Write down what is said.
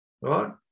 right